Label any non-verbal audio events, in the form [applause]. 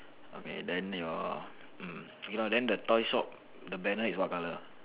okay then your um [noise] okay lor then your toy shop the banner is what colour